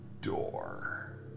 door